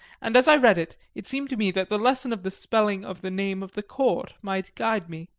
and as i read it it seemed to me that the lesson of the spelling of the name of the court might guide me.